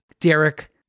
Derek